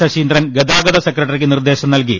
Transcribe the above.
ശശീന്ദ്രൻ ഗതാഗത സെക്രട്ടറിക്ക് നിർദേശം നൽകി